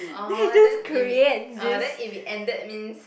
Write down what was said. orh then if it uh then if it ended means